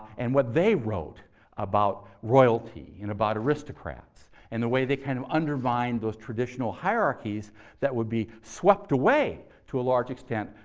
and what they wrote about royalty, and about aristocrats, and the way they kind of undermined those traditional hierarchies that would be swept away, to a large extent,